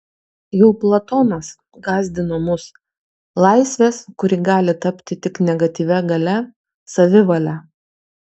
jau platonas gąsdino mus laisvės kuri gali tapti tik negatyvia galia savivale